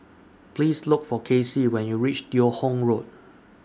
Please Look For Casie when YOU REACH Teo Hong Road